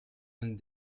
een